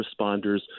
responders